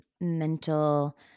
mental